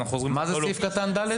מה זה סעיף קטן (ד)?